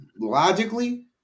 logically